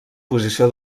posició